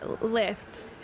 lifts